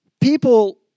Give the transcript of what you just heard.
people